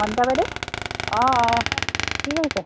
বণিতা বাইদেউ অঁ অঁ কি কৰিছে